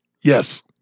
Yes